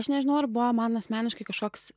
aš nežinau ar buvo man asmeniškai kažkoks